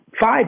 Five